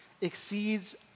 exceeds